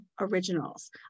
originals